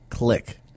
Click